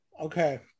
Okay